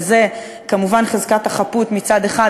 וזה כמובן חזקת החפות מצד אחד,